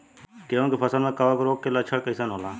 गेहूं के फसल में कवक रोग के लक्षण कइसन होला?